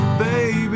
baby